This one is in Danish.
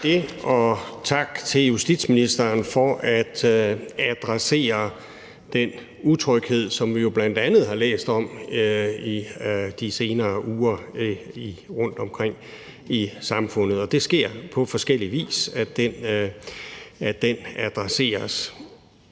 tak til justitsministeren for at adressere den utryghed, som vi bl.a. har læst om i de senere uger er rundt omkring i samfundet. Det sker på forskellig vis, at den adresseres.